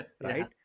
Right